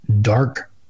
dark